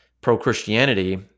Pro-Christianity